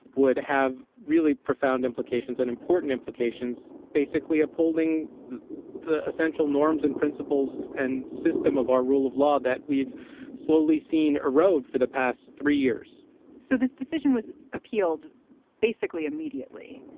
would have really profound implications and important implications, basically upholding the the essential norms and principles and system of our rule of law that we've solely seen erode for the past three years so this decision was appealed basically immediately.